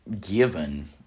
given